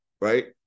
right